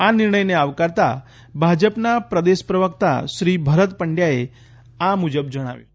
આ નિર્ણયને આવકારતા ભાજપના પ્રદેશ પ્રવકતા શ્રી ભરત પંડયાએ આ મુજબ જણાવ્યું હતું